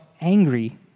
angry